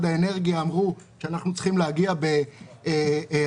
האנרגיה אמרו שאנחנו צריכים להגיע ב-2030.